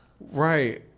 Right